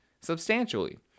substantially